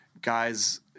guys